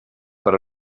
per